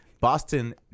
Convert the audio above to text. Boston